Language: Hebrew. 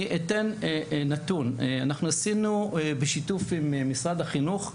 אני אתן נתון אנחנו עשינו בשיתוף עם משרד החינוך מפקד.